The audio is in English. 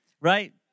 right